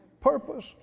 purpose